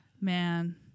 Man